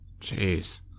Jeez